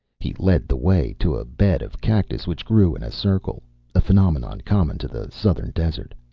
he led the way to a bed of cactus which grew in a circle a phenomenon common to the southern desert.